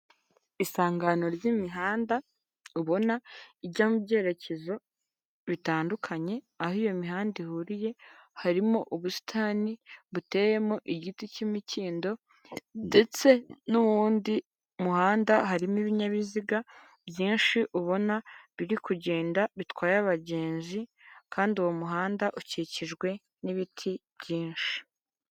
Isangano ry'imihanda ubona ijya mu byerekezo bitandukanye aho iyo mihanda ihuriye harimo ubusitani buteyemo igiti cy'imikindo ndetse n'uwundi muhanda harimo ibinyabiziga byinshi ubona biri kugenda bitwaye abagenzi kandi uwo muhanda ukikijwe n'ibiti byinshi.